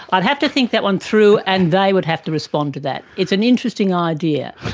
i'd have to think that one through and they would have to respond to that. it's an interesting idea.